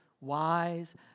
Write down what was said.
wise